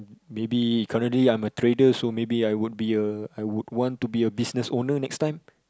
maybe currently I'm a trader so maybe I would be a I would want to be a business owner next time